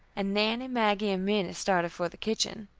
and nannie, maggie, and minnie started for the kitchen.